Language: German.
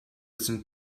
sind